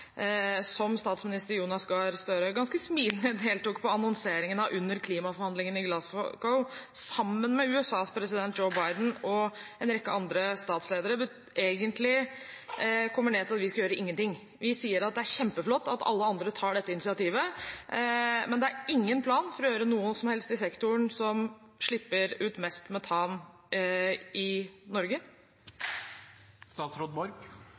som statsminister Jonas Gahr Støre ganske smilende deltok i annonseringen av under klimaforhandlingene i Glasgow, sammen med USAs president Joe Biden og en rekke andre statsledere – egentlig koker ned til at vi ikke skal gjøre noen ting. Vi sier at det er kjempeflott at alle andre tar dette initiativet, men det er ingen plan for å gjøre noe som helst i sektoren som slipper ut mest metan i Norge.